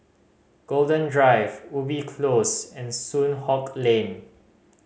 Golden Drive Ubi Close and Soon Hock Lane